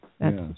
Yes